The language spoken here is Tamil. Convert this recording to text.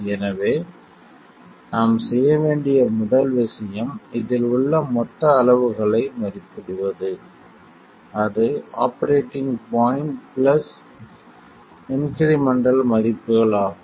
எனவே நாம் செய்ய வேண்டிய முதல் விஷயம் இதில் உள்ள மொத்த அளவுகளை மதிப்பிடுவது அது ஆபரேட்டிங் பாய்ண்ட் பிளஸ் இன்க்ரிமெண்டல் மதிப்புகள் ஆகும்